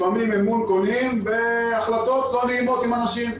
לפעמים אמון קונים בהחלטות לא נעימות לגבי אנשים.